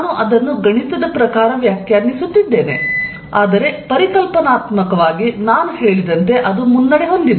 ನಾನು ಅದನ್ನು ಗಣಿತದ ಪ್ರಕಾರ ವ್ಯಾಖ್ಯಾನಿಸುತ್ತಿದ್ದೇನೆ ಆದರೆ ಪರಿಕಲ್ಪನಾತ್ಮಕವಾಗಿ ನಾನು ಹೇಳಿದಂತೆ ಅದು ಮುನ್ನಡೆ ಹೊಂದಿದೆ